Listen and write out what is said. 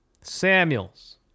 Samuels